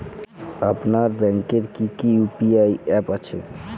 আপনার ব্যাংকের কি কি ইউ.পি.আই অ্যাপ আছে?